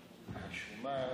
פתגם בערבית שאומר,